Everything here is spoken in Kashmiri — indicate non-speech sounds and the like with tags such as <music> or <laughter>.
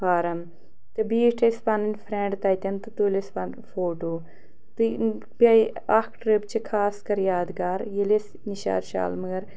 فارَم تہٕ بیٖٹھۍ أسۍ پَنٕنۍ فرٛٮ۪نٛڈ تَتٮ۪ن تہٕ تُلۍ اَسہِ <unintelligible> فوٹوٗ تہٕ بیٚیہِ اَکھ ٹِرٛپ چھِ خاص کَر یادگار ییٚلہِ أسۍ نِشاط شالمٲر